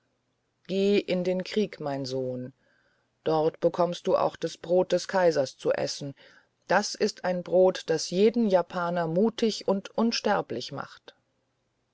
geh in den krieg mein sohn dort bekommst du auch das brot des kaisers zu essen das ist ein brot das jeden japaner mutig und unsterblich macht